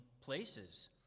places